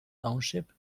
township